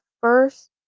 first